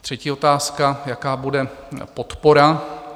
Třetí otázka: Jaká bude podpora?